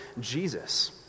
Jesus